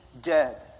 dead